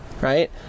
Right